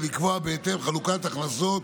ולקבוע בהתאם חלוקת הכנסות